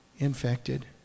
infected